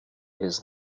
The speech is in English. his